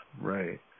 Right